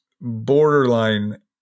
borderline